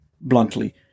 bluntly